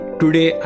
today